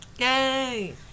Yay